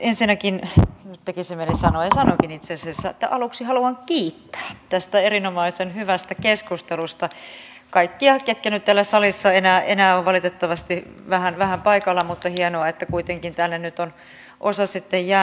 ensinnäkin tekisi mieli sanoa ja sanonkin itse asiassa että aluksi haluan kiittää tästä erinomaisen hyvästä keskustelusta kaikkia ketkä nyt täällä salissa enää ovat valitettavasti on vähän paikalla mutta hienoa että kuitenkin tänne on osa jäänyt